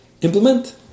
implement